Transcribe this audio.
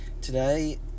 Today